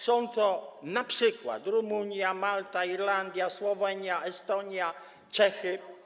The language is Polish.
Są to np. Rumunia, Malta, Irlandia, Słowenia, Estonia i Czechy.